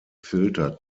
filter